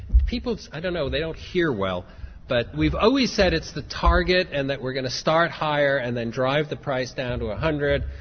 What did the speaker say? people i don't know, they don't hear well but we've always said it's the target and that we're going to start higher and then drive the price down to one ah hundred